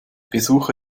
besuche